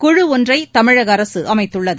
குழு ஒன்றை தமிழக அரசு அமைத்துள்ளது